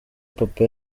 papa